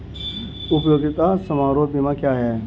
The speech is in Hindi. उपयोगिता समारोह बीमा क्या है?